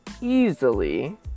easily